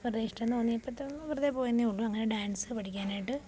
വെറുതെ ഇഷ്ടം തോന്നിയപ്പോൾത്തൊട്ട് വെറുതെ പോയെന്നെ ഉള്ളൂ അങ്ങനെ ഡാൻസ് പഠിക്കാനായിട്ട്